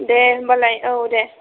दे होमबालाय औ दे